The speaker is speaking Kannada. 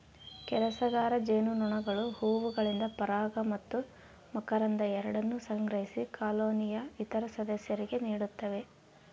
ಕೆಲಸಗಾರ ಜೇನುನೊಣಗಳು ಹೂವುಗಳಿಂದ ಪರಾಗ ಮತ್ತು ಮಕರಂದ ಎರಡನ್ನೂ ಸಂಗ್ರಹಿಸಿ ಕಾಲೋನಿಯ ಇತರ ಸದಸ್ಯರಿಗೆ ನೀಡುತ್ತವೆ